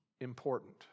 important